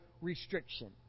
restriction